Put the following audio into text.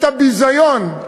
את הביזיון,